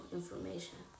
information